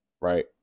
right